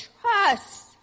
trust